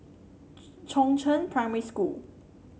Chongzheng Primary School